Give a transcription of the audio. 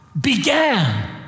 began